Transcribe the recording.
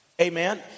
amen